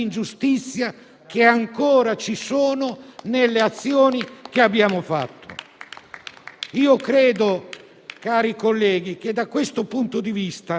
in un sistema del lavoro che ha bisogno di una riforma radicale. Detto questo, vorrei